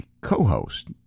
co-host